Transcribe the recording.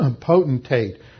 potentate